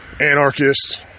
anarchists